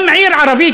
גם עיר ערבית,